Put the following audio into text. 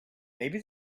maybe